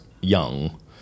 young